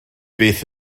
beth